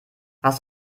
hast